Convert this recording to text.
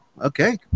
okay